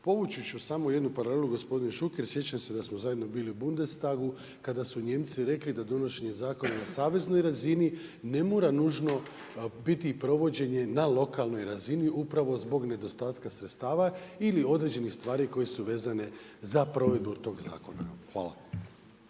Povući ću samo jednu paralelu gospodine Šuker, sjećam se da smo zajedno bili u Bundestagu kada su Nijemci rekli da donošenje zakona na saveznoj razini ne mora nužno biti provođenje na lokalnoj razini upravo zbog nedostatka sredstava ili određenih stvari koje su vezane za provedbu tog zakona. Hvala.